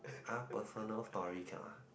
!huh! personal story cannot ah